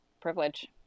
privilege